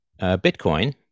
Bitcoin